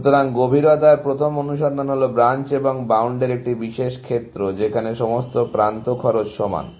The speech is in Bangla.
সুতরাং গভীরতার প্রথম অনুসন্ধান হল ব্রাঞ্চ এবং বাউন্ডের একটি বিশেষ ক্ষেত্রে যেখানে সমস্ত প্রান্ত খরচ সমান